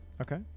Okay